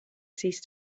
ceased